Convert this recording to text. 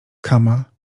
kama